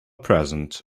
present